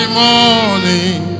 morning